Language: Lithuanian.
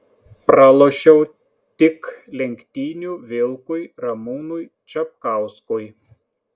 pralošiau tik lenktynių vilkui ramūnui čapkauskui